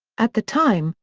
at the time,